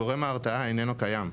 גורם ההרתעה איננו קיים.